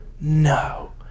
No